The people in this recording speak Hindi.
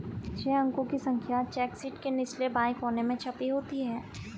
छह अंकों की संख्या चेक शीट के निचले बाएं कोने में छपी होती है